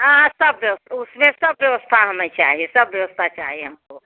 हाँ हाँ सब व्यव उसमें सब व्यवस्था हमें चाहिए सब व्यवस्था चाहिए हमको